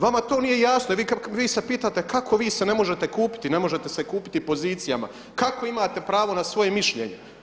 Vama to nije jasno i vi se pitate kako vi se ne možete kupiti, ne možete se kupiti pozicijama, kako imate pravo na svoje mišljenje?